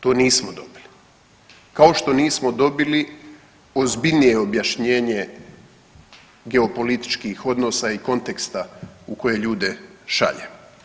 To nismo dobili, kao što nismo dobili ozbiljnije objašnjenje geopolitičkih odnosa i konteksta u koje ljude šalje.